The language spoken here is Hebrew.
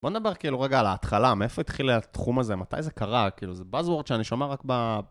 בוא נדבר כאילו רגע על ההתחלה, מאיפה התחיל התחום הזה, מתי זה קרה, כאילו זה Buzzword שאני שומע רק ב...